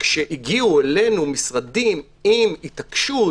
כשהגיעו אלינו משרדים עם התעקשות,